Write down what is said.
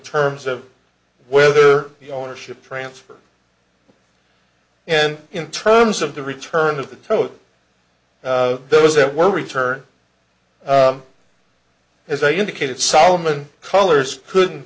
terms of whether the ownership transfer and in terms of the return of the tote those that were returned as i indicated solomon colors couldn't